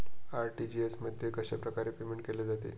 RTGS मध्ये कशाप्रकारे payment केले जाते?